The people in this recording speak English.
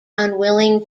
unwilling